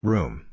Room